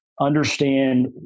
understand